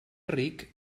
ric